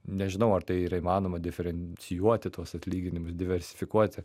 nežinau ar tai yra įmanoma diferencijuoti tuos atlyginimus diversifikuoti